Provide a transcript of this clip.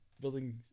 Building